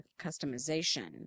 customization